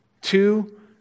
Two